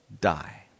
die